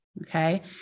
Okay